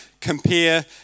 compare